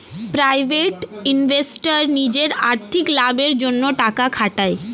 private investor নিজের আর্থিক লাভের জন্যে টাকা খাটায়